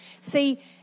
See